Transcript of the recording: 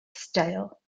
style